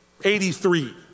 83